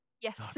Yes